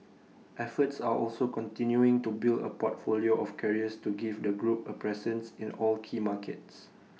efforts are also continuing to build A portfolio of carriers to give the group A presence in all key markets